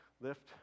lift